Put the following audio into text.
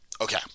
Okay